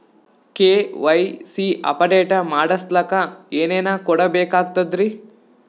KYC update ಮಾಡಸ್ಲಕ ಏನೇನ ಕೊಡಬೇಕಾಗ್ತದ್ರಿ?